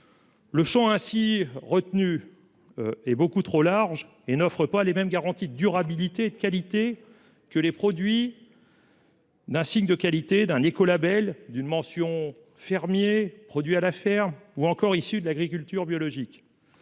le champ retenu est beaucoup trop large et n'offre pas les mêmes garanties de durabilité et de qualité que les produits estampillés d'un signe de qualité, d'un écolabel, d'une mention « fermier » ou « produit à la ferme », ou encore issus de l'agriculture biologique.